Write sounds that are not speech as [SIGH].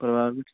ਪਰਿਵਾਰ [UNINTELLIGIBLE]